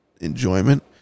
enjoyment